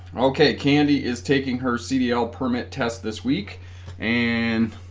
okay candy is taking her cdl permit test this week and